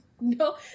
No